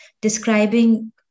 describing